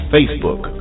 Facebook